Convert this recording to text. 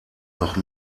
noch